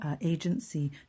agency